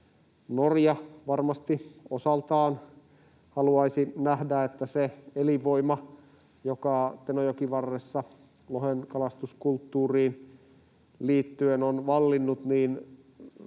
Norja varmasti osaltaan haluaisi nähdä, että se elinvoima, joka Tenojoen varressa lohen kalastuskulttuuriin liittyen on vallinnut,